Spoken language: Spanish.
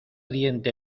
diente